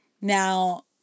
Now